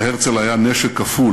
להרצל היה נשק כפול.